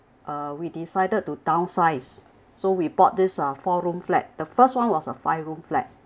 uh we decided to downsize so we bought this ah four room flat the first one was a five room flat